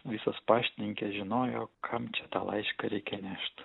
visos paštininkės žinojo kam čia tą laišką reikia nešt